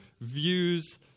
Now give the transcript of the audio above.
views